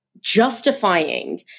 justifying